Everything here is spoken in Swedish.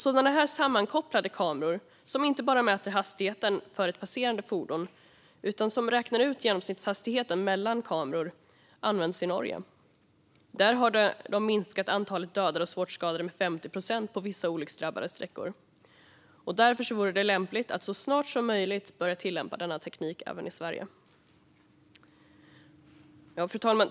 Sådana här sammankopplade kameror, som inte bara mäter hastigheten för ett passerande fordon utan också räknar ut genomsnittshastigheten mellan kameror, används i Norge. Där har de minskat antalet dödade och svårt skadade med 50 procent på vissa olycksdrabbade sträckor. Därför vore det lämpligt att så snart som möjligt börja tillämpa denna teknik även i Sverige. Fru talman!